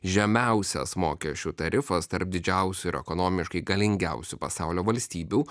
žemiausias mokesčių tarifas tarp didžiausių ir ekonomiškai galingiausių pasaulio valstybių